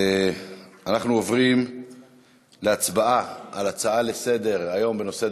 אנחנו עוברים להצבעה על הצעות לסדר-היום בנושא: